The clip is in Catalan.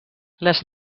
les